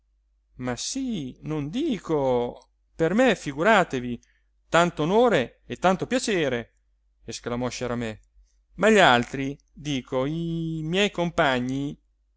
ma sí non dico per me figuratevi tanto onore e tanto piacere esclamò sciaramè ma gli altri dico i miei compagni